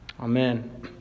Amen